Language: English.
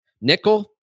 Nickel